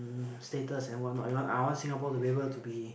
mm status and what not eh I want Singapore to be able to be